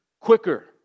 quicker